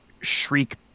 shriek